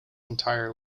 entire